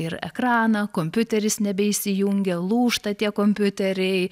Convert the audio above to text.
ir ekraną kompiuteris nebeįsijungia lūžta tie kompiuteriai